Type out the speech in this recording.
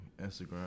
Instagram